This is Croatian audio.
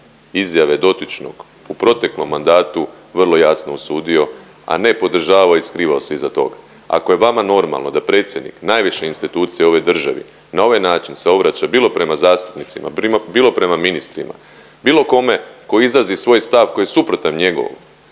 izjave dotičnog u proteklom mandatu vrlo jasno osudio, a ne podržavao i skrivao se iza toga. Ako je vama normalno da predsjednik najviše institucije u ovoj državi na ovaj način se obraća bilo prema zastupnicima, bilo prema ministrima, bilo kome tko izrazi svoj stav koji je suprotan njegovom